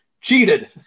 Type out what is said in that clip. cheated